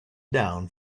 down